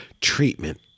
Treatment